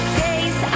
days